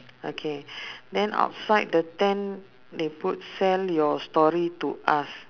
okay then outside the tent they put sell your story to us